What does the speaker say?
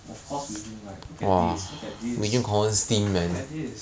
of course wei jun like look at this look at this look at this